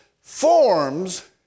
forms